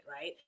right